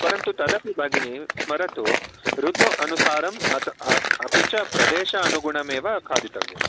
परन्तु तदपि भगिनि स्मरतु ऋतु अनुसारम् अत् अ अपि च प्रदेशानुगुणम् एव खादितव्यम्